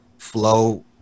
flow